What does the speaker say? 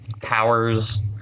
powers